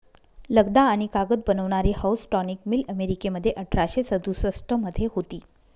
लगदा आणि कागद बनवणारी हाऊसटॉनिक मिल अमेरिकेमध्ये अठराशे सदुसष्ट मध्ये होती